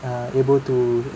uh able to